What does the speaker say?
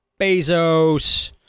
Bezos